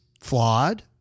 flawed